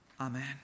Amen